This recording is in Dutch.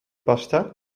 pasta